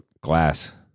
Glass